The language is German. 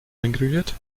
eingraviert